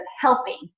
helping